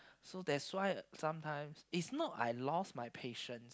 so that's why sometimes it's not I lost my patience